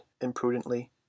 imprudently